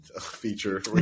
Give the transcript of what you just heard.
feature